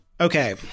okay